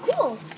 Cool